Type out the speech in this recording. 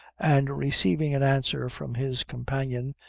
and, receiving an answer from his companion,